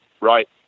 right